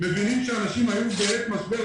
מבינים שאנשים היו בעת משבר,